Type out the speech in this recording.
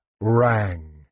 rang